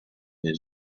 the